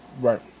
Right